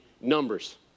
numbers